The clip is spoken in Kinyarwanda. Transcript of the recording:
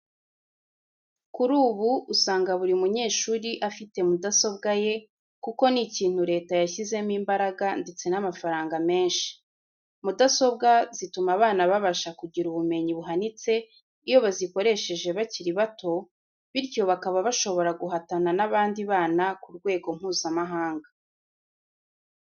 Kuri ubu usanga buri munyeshuri afite mudasobwa ye kuko ni ikintu Leta yashyizemo imbaraga ndetse n'amafaranga menshi. Mudasobwa zituma abana babasha kugira ubumenyi buhanitse iyo bazikoresheje bakiri bato, bityo bakaba bashobora guhatana n'abandi bana ku rwego Mpuzamahanga.